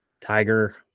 Tiger